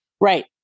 Right